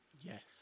Yes